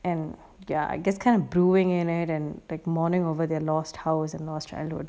and ya I guess kind of brewing in it and like mourning over their lost house and all trying to